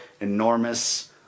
enormous